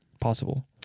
Possible